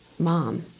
mom